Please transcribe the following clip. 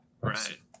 Right